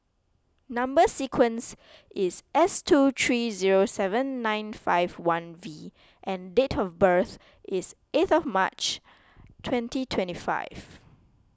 Number Sequence is S two three zero seven nine five one V and date of birth is eighth of March twenty twenty five